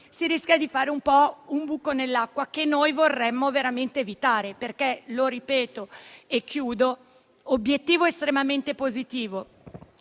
si rischia di fare un po' un buco nell'acqua che noi vorremmo veramente evitare. Ripeto - e chiudo - che l'obiettivo è estremamente positivo,